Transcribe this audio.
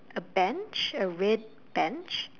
a Bench a red Bench